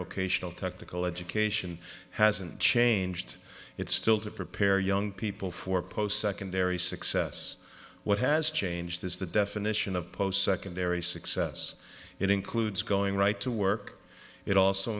vocational technical education hasn't changed it's still to prepare young people for post secondary success what has changed is the definition of post secondary success it includes going right to work it also